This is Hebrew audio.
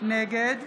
נגד